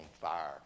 fire